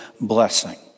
blessing